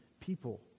people